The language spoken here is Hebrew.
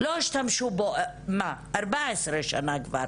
לא השתמשו בו כבר 14 שנה.